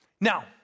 Now